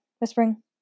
whispering